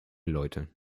leute